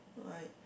alright